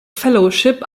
fellowship